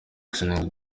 excellent